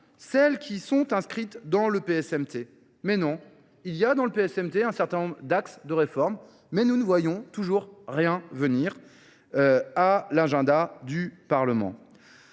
celles qui sont inscrites dans le PSMT. Mais non, il y a dans le PSMT un certain nombre d'axes de réforme, mais nous ne voyons toujours rien venir à l'agenda du Parlement.